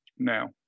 Now